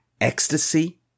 ecstasy